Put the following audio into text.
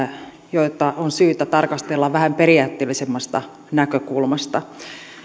joita on syytä tarkastella vähän periaatteellisemmasta näkökulmasta